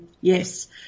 yes